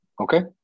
Okay